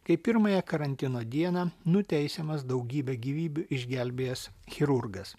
kai pirmąją karantino dieną nuteisiamas daugybę gyvybių išgelbėjęs chirurgas